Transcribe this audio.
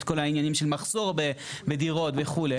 את כל העניינים של מחסור בדירות וכו'.